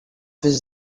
his